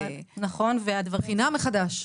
לבחינה מחדש.